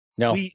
No